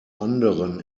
anderen